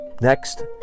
Next